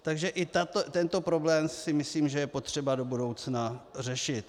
Takže i tento problém si myslím, že je potřeba do budoucna řešit.